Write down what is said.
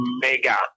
mega